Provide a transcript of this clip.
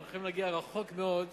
אנחנו יכולים להגיע רחוק מאוד